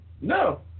No